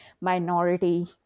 minority